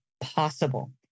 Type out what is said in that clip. possible